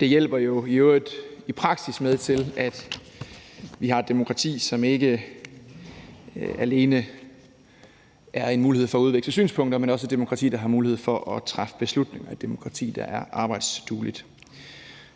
Det hjælper jo i øvrigt i praksis med til, at vi har et demokrati, som ikke alene giver en mulighed for at udveksle synspunkter, men også et demokrati, hvor der er mulighed for at træffe beslutninger, og som er arbejdsdueligt.